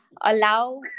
allow